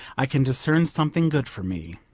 i can discern something good for me.